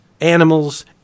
animals